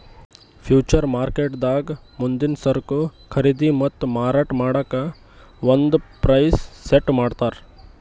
future ಮಾರ್ಕೆಟ್ದಾಗ್ ಮುಂದಿನ್ ಸರಕು ಖರೀದಿ ಮತ್ತ್ ಮಾರಾಟ್ ಮಾಡಕ್ಕ್ ಒಂದ್ ಪ್ರೈಸ್ ಸೆಟ್ ಮಾಡ್ತರ್